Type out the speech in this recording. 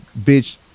bitch